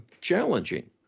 challenging